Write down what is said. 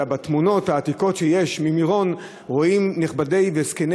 אלא בתמונות העתיקות שיש ממירון רואים נכבדים וזקני